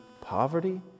poverty